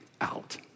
out